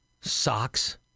socks